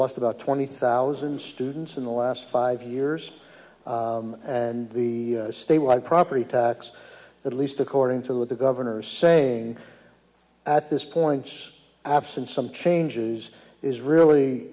lost about twenty thousand students in the last five years and the statewide property tax at least according to what the governor's saying at this point it's absent some changes is really